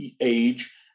age